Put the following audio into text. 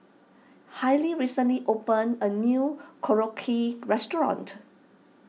Hailey recently opened a new Korokke restaurant